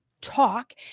talk